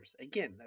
Again